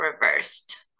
reversed